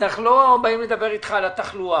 אנחנו לא באים לדבר איתך על התחלואה.